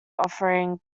offering